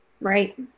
Right